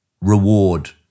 reward